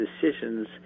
decisions